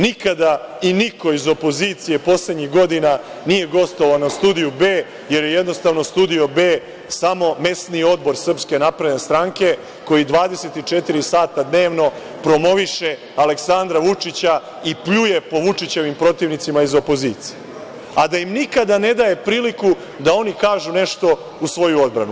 Nikada i niko iz opozicije poslednjih godina nije gostovao na Studiju B, jer jednostavno Studio B samo mesni odbor SNS, koji 24 sata dnevno promoviše Aleksandra Vučića i pljuje po Vučićevim protivnicima iz opozicije, a da im nikada ne daje priliku da oni kažu nešto u svoju odbranu.